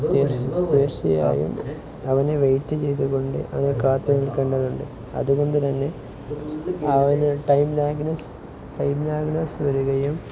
തീർച്ച തീർച്ചയായും അവനെ വെയിറ്റ് ചെയ്ത കൊണ്ട് അവനെ കാത്തുനിൽക്കേണ്ടതുണ്ട് അതുകൊണ്ട് തന്നെ അവന് ടൈം ലാഗ്നെസ് ടൈം ലാഗ്നെസ് വരികയും